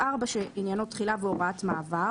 תחילה והוראת מעבר